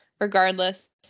regardless